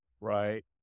right